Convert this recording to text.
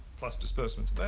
plus disbursements.